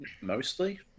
mostly